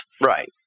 Right